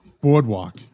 boardwalk